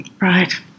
right